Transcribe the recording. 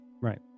Right